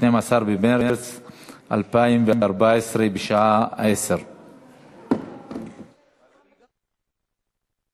12 במרס 2014, בשעה 10:00. (הישיבה נפסקה בשעה